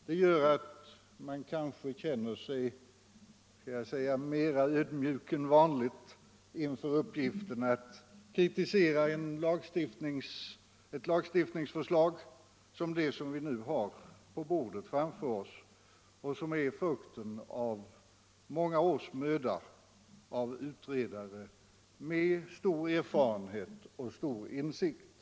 Detta gör att man kanske känner sig mera ödmjuk än vanligt inför uppgiften att kritisera ett lagstiftningsförslag som det vi nu har på vårt bord och som är frukten av många års möda av utredare med stor erfarenhet och grundliga insikter.